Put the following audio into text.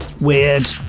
weird